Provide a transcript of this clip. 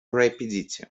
rapidity